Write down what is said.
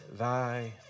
Thy